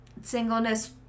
singleness